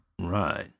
Right